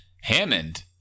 Hammond